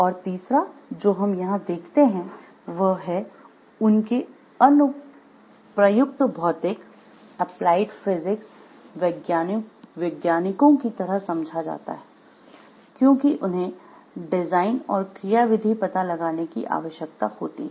और तीसरा जो हम यहां देखते हैं वह है कि उन्हें अनुप्रयुक्त भौतिक वैज्ञानिकों की तरह समझा जाता है क्योंकि उन्हें "डिजाइन और क्रियाविधी" पता लगाने की आवश्यकता होती है